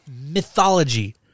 mythology